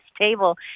table